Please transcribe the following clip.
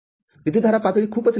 विद्युतधारा पातळी खूपच लहान आहे